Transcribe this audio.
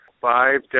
five